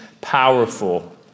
powerful